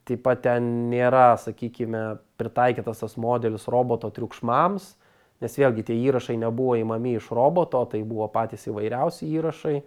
taip pat ten nėra sakykime pritaikytas tas modelis roboto triukšmams nes vėlgi tie įrašai nebuvo imami iš roboto tai buvo patys įvairiausi įrašai